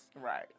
Right